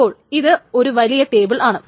അപ്പോൾ ഇത് ഒരു വലിയ ടേബിൾ ആണ്